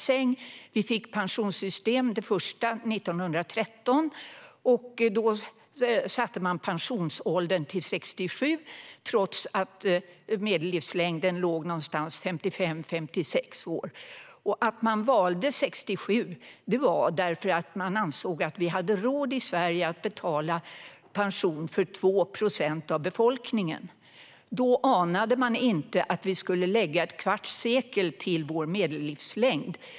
Vi fick det första pensionssystemet 1913. Då sattes pensionsåldern till 67 år, trots att medellivslängden var 55-56 år. Att man valde 67 år berodde på att man ansåg att man i Sverige hade råd att betala pension till 2 procent av befolkningen. Då anade man inte att vi skulle lägga ett kvarts sekel till vår medellivslängd.